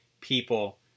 people